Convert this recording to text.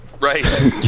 Right